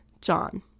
John